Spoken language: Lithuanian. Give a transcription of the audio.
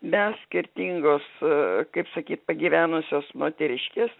mes skirtingos kaip sakyt pagyvenusios moteriškės